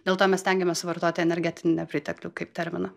dėl to mes stengiamės vartoti energetinį nepriteklių kaip terminą